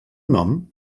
nom